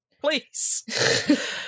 please